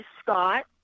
Scott